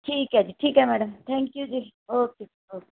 ਠੀਕ ਹੈ ਜੀ ਠੀਕ ਹੈ ਮੈਡਮ ਥੈਂਕ ਯੂ ਜੀ ਓਕੇ ਜੀ ਓਕੇ